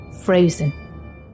frozen